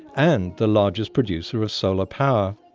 and the largest producer of solar power.